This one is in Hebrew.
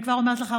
אני כבר אומרת לך,